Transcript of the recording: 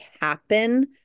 happen